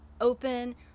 open